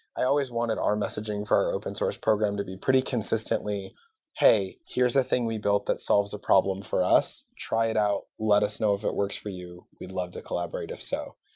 i always wanted our messaging for our open-source program to be pretty consistently hey, here is a thing we built that solves a problem for us. try it out. let us know if it works for you. we'd love to collaborate if so.